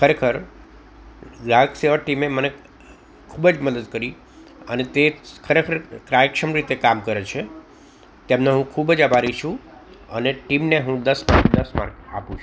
ખરેખર ગ્રાહક સેવક ટીમએ મને ખૂબ જ મદદ કરી અને તે ખરેખર કાર્યક્ષમ રીતે કામ કરે છે તેમનો ખૂબ જ આભારી છું અને ટીમને હું દસમાંથી દસ માર્ક આપું છું